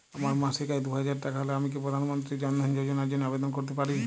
আমার মাসিক আয় দুহাজার টাকা হলে আমি কি প্রধান মন্ত্রী জন ধন যোজনার জন্য আবেদন করতে পারি?